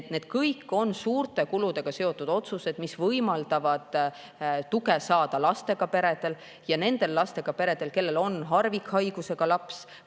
ära. Need kõik on suurte kuludega seotud otsused, mis võimaldavad saada lastega peredel tuge, ja ka nendel lastega peredel, kellel on harvikhaigusega laps